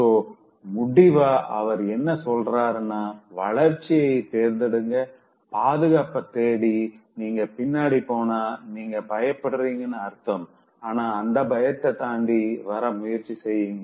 so முடிவா அவர் என்ன சொல்றாருனா வளர்ச்சிய தேர்ந்தெடுங்கபாதுகாப்ப தேடி நீங்க பின்னாடி போனா நீங்க பயப்படுறீங்கனு அர்த்தம் ஆனா அந்த பயத்த தாண்டி வர முயற்சி செய்ங்க